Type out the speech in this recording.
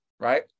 right